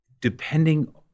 depending